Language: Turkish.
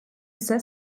ise